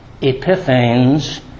Epiphanes